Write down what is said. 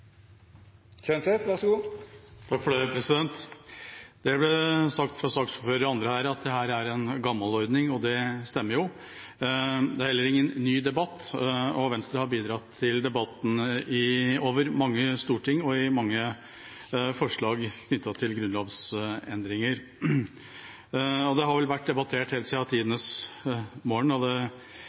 Det ble sagt av saksordføreren og andre her at dette er en gammel ordning, og det stemmer jo. Det er heller ingen ny debatt, og Venstre har bidratt til debattene i mange storting og i mange forslag knyttet til grunnlovsendringer. Det har vel vært debattert helt siden tidenes morgen,